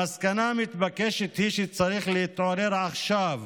המסקנה המתבקשת היא שצריך להתעורר עכשיו,